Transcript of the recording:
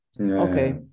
Okay